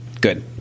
Good